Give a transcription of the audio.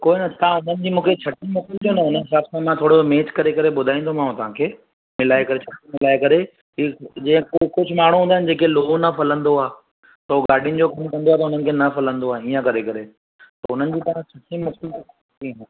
कोई न तव्हां हुननि जी छठी मोकिलिजो न हुन हिसाबु सां मां थोरो मेच करे करे ॿुधाईंदोमांव तव्हांखे मिलाए करे छठी मिलाए करे की जीअं कु कुझु माण्हू हूंदा आहिनि जंहिं खे लोहो न फ़लंदो आहे त उहो गाॾियुनि जो कमु कंदो आहे त हुनखे न फ़लंदो आहे हीअं करे करे त हुननि जी तव्हां छठी मोकिलि जो